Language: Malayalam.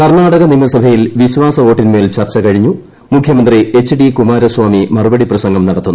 കർണാടക നിയമസഭയിൽ വീശ്വാസ വോട്ടിന്മേൽ ചർച്ച കഴിഞ്ഞു മുഖ്യമന്ത്രി എച്ച് ഡി കുമാരസ്വാമി മറുപടി പ്രസംഗം നടത്തുന്നു